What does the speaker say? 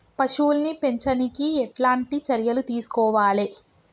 పశువుల్ని పెంచనీకి ఎట్లాంటి చర్యలు తీసుకోవాలే?